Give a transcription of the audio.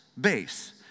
base